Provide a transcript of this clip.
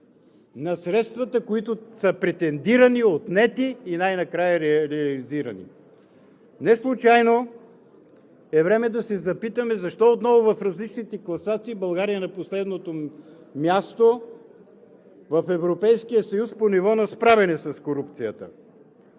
на средствата, които са претендирани, отнети и най-накрая реализирани. Неслучайно е време да се запитаме защо отново в различните класации България е на последното място в Европейския съюз по ниво на справяне с корупцията?